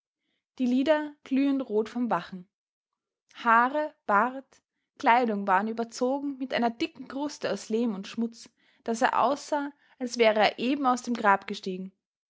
die lider glühend rot vom wachen haare bart kleidung waren überzogen mit einer dicken kruste aus lehm und schmutz daß er aussah als wäre er eben aus dem grab gestiegen